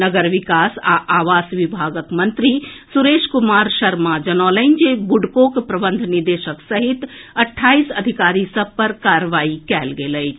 नगर विकास आ आवास विभागक मंत्री सुरेश कुमार शर्मा जनौलनि जे बुडकोक प्रबंध निदेशक सहित अट्ठाईस अधिकारी सभ पर कार्रवाई कयल गेल अछि